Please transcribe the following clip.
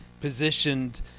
positioned